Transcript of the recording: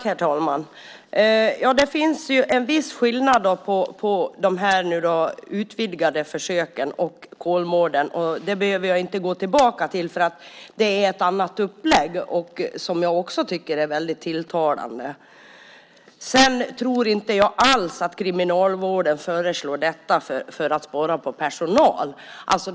Herr talman! Det är en viss skillnad mellan de utvidgade försöken och Kolmården. Jag behöver inte gå tillbaka till det. Det är ett annat upplägg, som jag också tycker är tilltalande. Jag tror inte alls att Kriminalvården föreslår detta för att spara på personal.